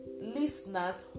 listeners